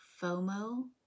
FOMO